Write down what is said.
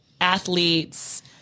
athletes